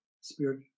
spirit